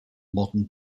modern